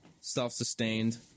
self-sustained